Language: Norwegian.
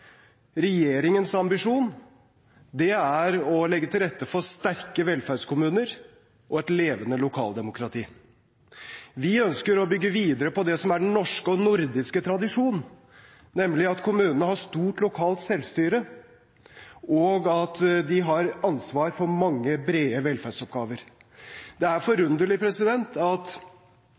Regjeringens ambisjon er å legge til rette for sterke velferdskommuner og et levende lokaldemokrati. Vi ønsker å bygge videre på det som er den norske og nordiske tradisjon, nemlig at kommunene har stort lokalt selvstyre, og at de har ansvar for mange brede velferdsoppgaver. Det er forunderlig at